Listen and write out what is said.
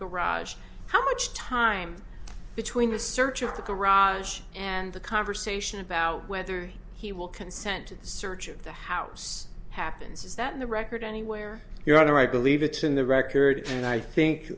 garage how much time between the search of the garage and the conversation about whether he will consent to search of the house happens is that the record anywhere your honor i believe it's in the records and i think